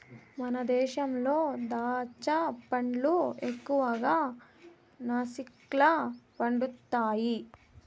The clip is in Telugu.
మన దేశంలో దాచ్చా పండ్లు ఎక్కువగా నాసిక్ల పండుతండాయి